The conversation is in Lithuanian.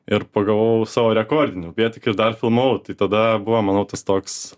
ir pagavau savo rekordinį upėtakį ir dar filmavau tai tada buvo manau tas toks